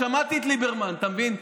שמעתי את ליברמן, אתה מבין?